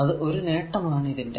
അത് ഒരു നേട്ടമാണ് ഇതിന്റെ